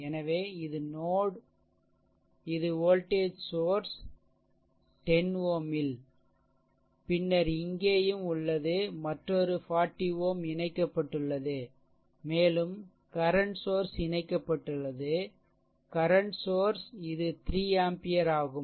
எனவே இது நோட் இது வோல்டேஜ் சோர்ஷ் 10 Ω இல் பின்னர் இங்கேயும் உள்ளது மற்றொரு 40 Ω இணைக்கப்பட்டுள்ளது மேலும் கரண்ட்சோர்ஸ் இணைக்கப்பட்டுள்ளது கரண்ட்சோர்ஸ் இது 3 ஆம்பியர் ஆகும்